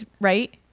right